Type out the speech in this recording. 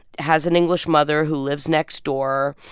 has an english mother who lives next door.